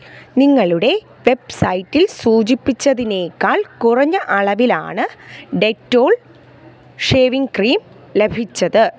നിങ്ങളുടെ വെബ്സൈറ്റിൽ സൂചിപ്പിച്ചതിനേക്കാൾ കുറഞ്ഞ അളവിലാണ് ഡെറ്റോൾ ഷേവിംഗ് ക്രീം ലഭിച്ചത്